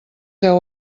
deu